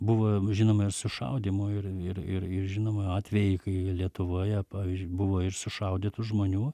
buvo žinoma ir sušaudymo ir ir žinoma atvejų kai lietuvoje pavyzdžiui buvo ir sušaudytų žmonių